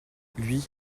lui